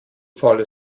faule